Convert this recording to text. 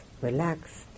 relaxed